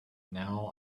now